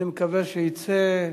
אני מקווה שיצא,